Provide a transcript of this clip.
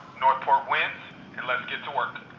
north port wins, and let's get to work